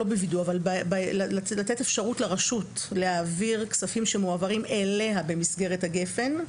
על לתת אפשרות לרשות להעביר כספים שמועברים אליה במסגרת גפ"ן,